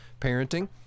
parenting